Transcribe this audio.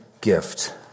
gift